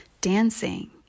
dancing